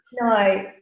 No